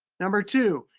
number two,